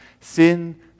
Sin